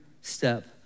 step